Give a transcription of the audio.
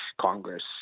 Congress